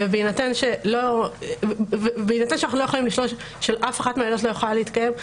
בהינתן שאנחנו לא יכולים לשלול שאף אחת מהעילות לא יכולה להתקיים,